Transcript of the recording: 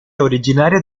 originaria